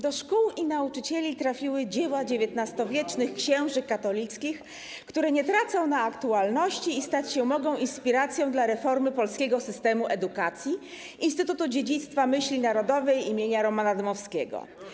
Do szkół i nauczycieli trafiły dzieła XIX-wiecznych księży katolickich, które nie tracą na aktualności i stać się mogą inspiracją dla reformy polskiego systemu edukacji, z Instytutu Dziedzictwa Myśli Narodowej im. Romana Dmowskiego.